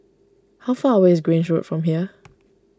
how far away is Grange Road from here